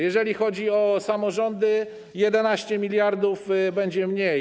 Jeżeli chodzi o samorządy, 11 mld zł będzie mniej.